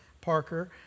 Parker